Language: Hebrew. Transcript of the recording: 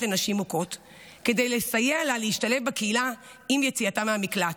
לנשים מוכות כדי לסייע לה להשתלב בקהילה עם יציאתה מהמקלט.